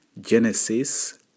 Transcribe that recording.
Genesis